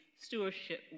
stewardship